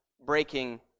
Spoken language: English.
breaking